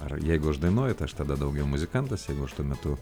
ar jeigu aš dainuoju tai aš tada daugiau muzikantas jeigu aš tuo metu